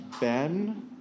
Ben